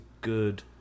good